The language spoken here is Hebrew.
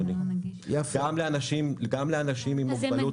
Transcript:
גם לאנשים עם מוגבלות.